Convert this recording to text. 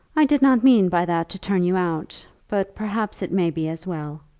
i did not mean by that to turn you out, but perhaps it may be as well.